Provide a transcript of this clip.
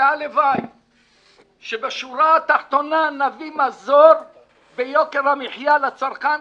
והלוואי שבשורה התחתונה נביא מזור ביוקר המחיה לצרכן,